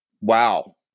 Wow